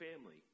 family